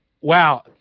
wow